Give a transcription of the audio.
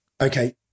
Okay